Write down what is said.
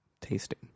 tasting